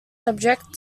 subject